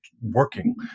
working